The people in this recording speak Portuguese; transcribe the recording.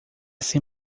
sem